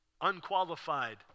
unqualified